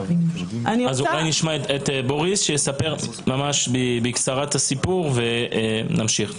אולי נשמע את בוריס שיספר בקצרה את הסיפור ונמשיך.